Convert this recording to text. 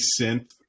synth